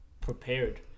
prepared